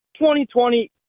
2020